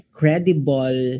credible